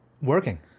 Working